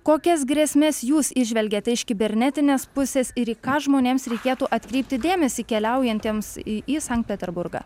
kokias grėsmes jūs įžvelgiate iš kibernetinės pusės ir į ką žmonėms reikėtų atkreipti dėmesį keliaujantiems į į sankt peterburgą